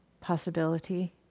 possibility